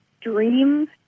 dream